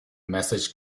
message